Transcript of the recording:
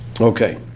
Okay